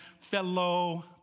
Fellow